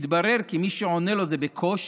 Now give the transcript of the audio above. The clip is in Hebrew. מתברר כי מי שעונה לו זה בקושי